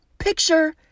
Picture